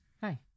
Hi